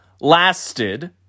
lasted